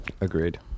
agreed